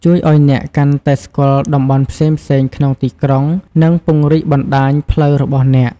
ជួយឱ្យអ្នកកាន់តែស្គាល់តំបន់ផ្សេងៗក្នុងទីក្រុង និងពង្រីកបណ្ដាញផ្លូវរបស់អ្នក។